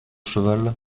cheval